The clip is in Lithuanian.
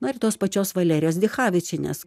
na ir tos pačios valerijos dichavičienės